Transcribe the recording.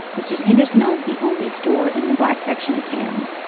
mrs. henderson owns the only store in the black section of town.